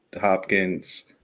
Hopkins